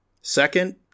Second